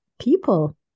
people